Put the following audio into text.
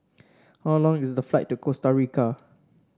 how long is the flight to Costa Rica